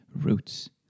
roots